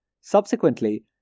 Subsequently